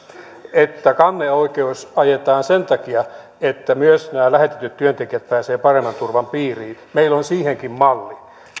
kanneoikeus ajetaan sen takia että myös nämä lähetetyt työntekijät pääsevät paremman turvan piiriin meillä on siihenkin malli